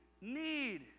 need